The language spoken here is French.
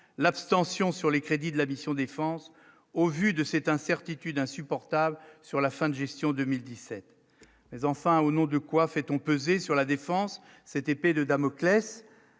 l'abstention sur les crédits de la mission défense au vu de cette incertitude insupportable sur la fin de gestion 2017 enfin au nom de quoi fait-ont pesé sur la défense, c'était de Damoclès